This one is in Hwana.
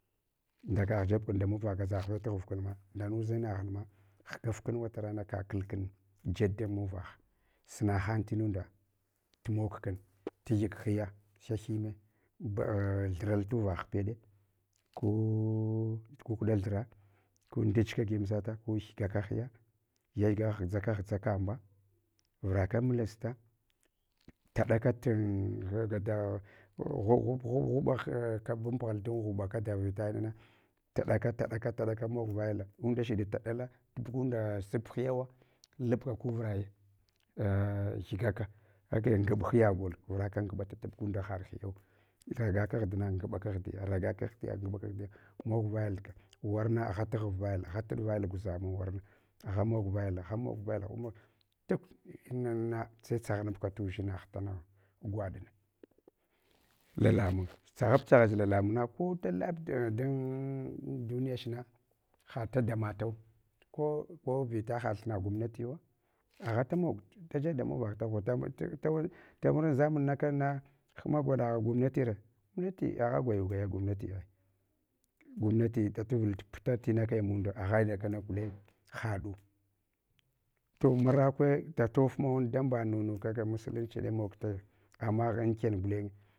Ndakagh jebkunda muvah gaʒa ghve taghuv kunma, ndaghnudʒinaghunma ghagarkun watarana ka kulkun jeɗ da muvahe, sunahan tinunda tumog ka, gyg hiya hyahyime da thural twah peɗe, ku kukɗa thiva ku ndich kagim sata, ku gyigaka hiya, gyagyiga ghʒaka ghʒakamna vuraka mulasta, tavɗa ka tin dada ghbghuba banbughal dam ghib kata vita inana, taɗaka tataka mog vaya la, undashide taɗala bugunda sub mya wa labka kuvura, gyigaka, age ngab hiye gol vuraka ngɓata tab gunda haɗ hiyan lagaka kagh dina ngakagh diya, lagakagh diya ngɓakagh diya mog vayal wurna agha taghav vayal, agha tuɗ vayal gwaʒaman wurna, agha mog vayal, agha mog voyal agha mog duk mana sai tsghanabka tudʒinagh gwaɗna, lalamun tsaghaptsaghach lalamunma koɗa ladun duniyach na hata damatau ko kovira ha thina gwamnatiwa, aghaf mog tajed damuvagh hma gwaɗa gwamnatire, gwamnati agha gwayu gwaya gwamnati, gwamnati sa tuvul puta tina kaya munda. Agha na kana gulen haɗu. To marakave datof mawan dambanunu kaga musulunci da mog taya. Ama aghan by ken gulenye.